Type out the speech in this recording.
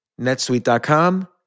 netsuite.com